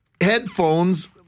headphones